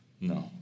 No